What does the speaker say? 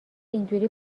اینجوری